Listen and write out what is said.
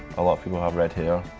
a lot of people have red hair.